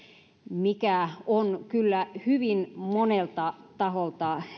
mikä on kyllä hyvin monelta taholta